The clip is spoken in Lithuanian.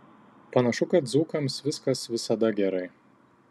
panašu kad dzūkams viskas visada gerai